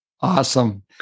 awesome